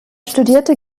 studierte